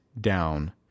down